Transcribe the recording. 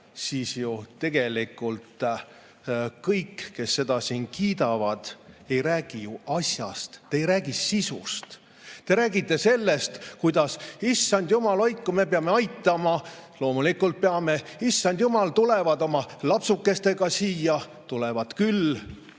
siis ju tegelikult kõik, kes seda kiidavad, ei räägi asjast – te ei räägi sisust. Te räägite sellest, kuidas – issand, jumal hoidku! – me peame aitama. Loomulikult peame. Issand jumal, tulevad oma lapsukestega siia! Tulevad küll.